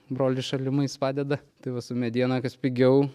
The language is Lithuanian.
brolis šalimais padeda tai va su mediena kas pigiau